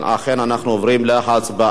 אם כן, אנחנו עוברים להצבעה.